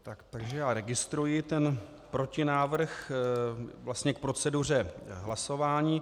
Takže já registruji protinávrh vlastně k proceduře hlasování.